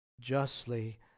justly